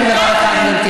רק דבר אחד, גברתי.